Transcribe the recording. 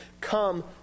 come